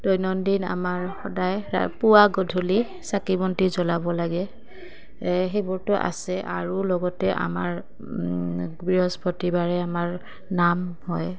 দৈনন্দিন আমাৰ সদায় পুৱা গধূলি চাকি বন্তি জ্বলাব লাগে সেইবোৰতো আছে আৰু লগতে আমাৰ বৃহস্পতি বাৰে আমাৰ নাম হয়